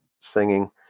singing